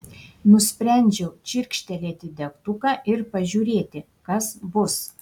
nusprendžiau čirkštelėti degtuką ir pažiūrėti kas bus